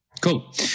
Cool